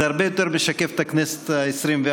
זה הרבה יותר משקף את הכנסת העשרים-ואחת.